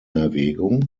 erwägung